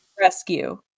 rescue